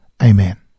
amen